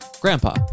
Grandpa